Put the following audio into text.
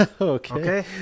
Okay